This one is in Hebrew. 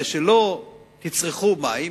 כדי שלא תצרכו מים,